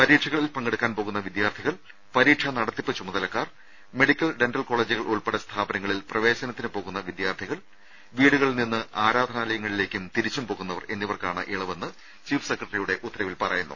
പരീക്ഷകളിൽ പങ്കെടുക്കാൻ പോകുന്ന വിദ്യാർത്ഥികൾ പരീക്ഷാ നടത്തിപ്പ് ചുമതലക്കാർ മെഡിക്കൽ ഡെന്റൽ കോളേജുകൾ ഉൾപ്പെടെ സ്ഥാപനങ്ങളിൽ പ്രവേശനത്തിന് പോകുന്ന വിദ്യാർത്ഥികൾ വീടുകളിൽ നിന്ന് ആരാധനാലയങ്ങളിലേക്കും തിരിച്ചും പോകുന്നവർ എന്നിവർക്കാണ് ഇളവെന്ന് ചീഫ് സെക്രട്ടറിയുടെ ഉത്തരവിൽ പറയുന്നു